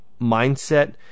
mindset